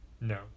No